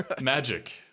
Magic